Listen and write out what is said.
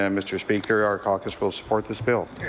um mr. speaker, our caucus will support this bill.